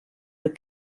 were